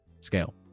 scale